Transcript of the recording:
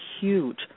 huge